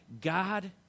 God